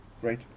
Great